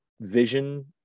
vision